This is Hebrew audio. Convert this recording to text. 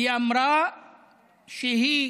היא אמרה שהיא